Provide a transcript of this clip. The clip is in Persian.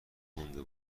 مونده